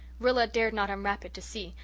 rilla dared not unwrap it to see,